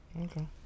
okay